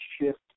shift